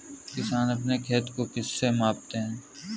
किसान अपने खेत को किससे मापते हैं?